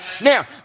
Now